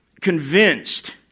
convinced